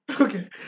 Okay